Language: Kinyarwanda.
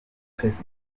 facebook